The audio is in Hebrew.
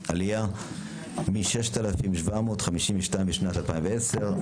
עלייה מ-6,752 בשנת 2010,